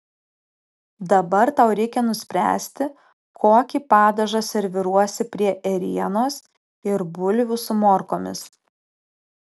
dabar tau reikia nuspręsti kokį padažą serviruosi prie ėrienos ir bulvių su morkomis